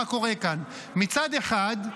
מה קורה כאן: מצד אחד,